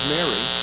Mary